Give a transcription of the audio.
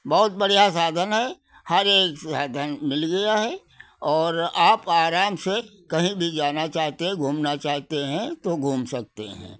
बहुत बढ़िया साधन है हर एक साधन मिल गया है और आप आराम से कहीं भी जाना चाहते हैं घूमना चाहते हैं तो घूम सकते हैं